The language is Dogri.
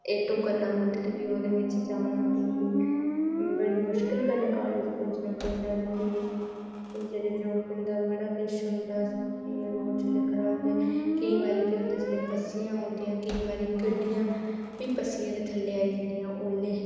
आटो करना पौंदे ते भी ओह्दे बेच जाना भी बड़ी मुश्कल कन्नै कालेज पुज्जना पौंदा ते भी जेह्डे बड़ा केश होंदा रोड़ जेल्लै खराब होई जंदे केईं बारी केह् होंदा जेल्लै पस्सियां औंदियां केईं बारी गड्डियां बी पस्सियें दे थल्ले आईजंदियां ओह्ले